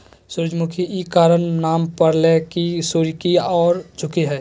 सूरजमुखी इ कारण नाम परले की सूर्य की ओर झुको हइ